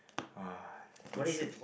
uh good shoes